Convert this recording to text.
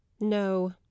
no